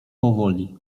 powoli